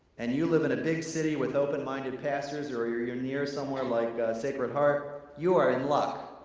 and you live in a big city with open-minded pastors or you're you're near somewhere like sacred heart, you are in luck,